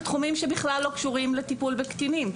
בתחומים שבכלל לא קשורים לטיפול בקטינים,